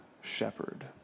shepherd